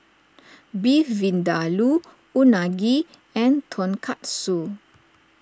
Beef Vindaloo Unagi and Tonkatsu